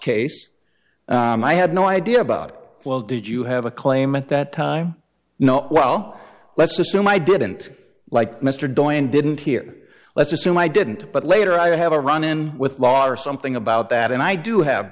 case i had no idea about well did you have a claim at that time no well let's assume i didn't like mr doyle and didn't hear let's assume i didn't but later i have a run in with law or something about that and i do have